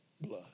blood